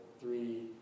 three